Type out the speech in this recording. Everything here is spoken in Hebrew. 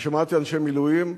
אני שמעתי אנשי מילואים,